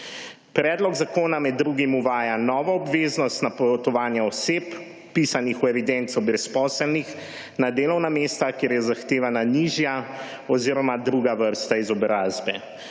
Predlog zakona med drugim uvaja novo obveznost napotovanja oseb, vpisanih v evidenco brezposelnih, na delovna mesta, kjer je zahtevana nižja oziroma druga vrsta izobrazbe.